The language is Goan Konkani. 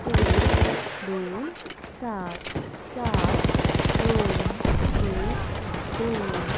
स दोन सात सात दोन एक दोन